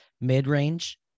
mid-range